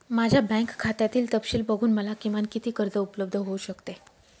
माझ्या बँक खात्यातील तपशील बघून मला किमान किती कर्ज उपलब्ध होऊ शकते?